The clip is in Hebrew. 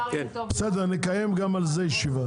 בסדר, נקיים ישיבה גם על זה.